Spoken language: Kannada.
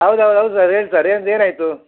ಹೌದಾ ಹೌದು ಹೌದು ಸರ್ ಹೇಳಿ ಸರ್ ಏನು ಏನಾಯಿತು